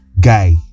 guy